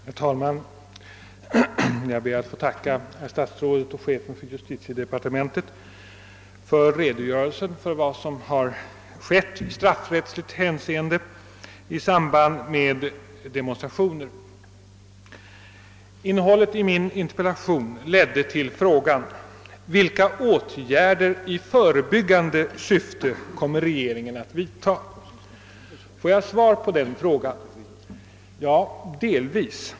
Herr talman! Jag ber att få tacka statsrådet och chefen för justitiedepartementet för redogörelsen för vad som har skett i straffrättsligt hänseende i samband med demonstrationer. Innehållet i min interpellation ledde till frågan: Vilka åtgärder i förebyggande syfte kommer regeringen att vidta? Har jag fått svar på den frågan? Ja, delvis.